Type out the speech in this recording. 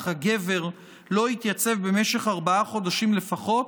אך הגבר לא התייצב במשך ארבעה חודשים לפחות,